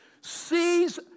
Sees